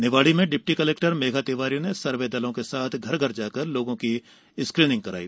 निवाड़ी में deputy collector Megha Tiwari ने survey दलों के साथ घर घर जाकर लोगों की स्क्रिनिंग कराई